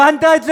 הבנת את זה?